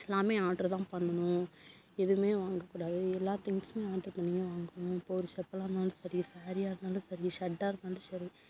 எல்லாமே ஆர்ட்ரு தான் பண்ணணும் எதுவுமே வாங்கக்கூடாது எல்லா திங்க்ஸுமே ஆர்ட்ரு பண்ணி தான் வாங்கணும் இப்போது ஒரு செப்பலாக இருந்தாலும் சரி ஸேரீயாக இருந்தாலும் சரி ஷர்ட்டாக இருந்தாலும் சரி